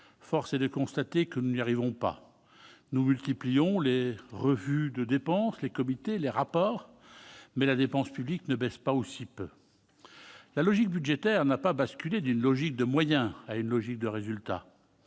force est de constater que nous n'y arrivons pas. Nous multiplions les revues de dépenses, les comités, les rapports, mais la dépense publique ne baisse pas, ou si peu. La logique budgétaire n'a pas basculé d'une logique de moyens vers une logique de résultats.